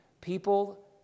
people